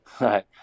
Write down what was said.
right